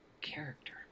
character